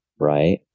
Right